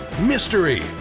mystery